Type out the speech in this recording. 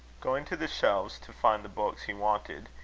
going to the shelves to find the books he wanted,